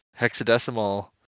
hexadecimal